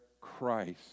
Christ